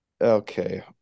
Okay